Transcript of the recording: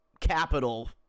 capital